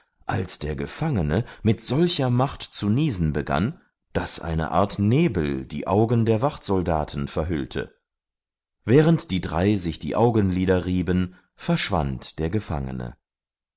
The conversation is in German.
als der gefangene mit solcher macht zu niesen begann daß eine art nebel die augen der wachtsoldaten verhüllte während die drei sich die augenlider rieben verschwand der gefangene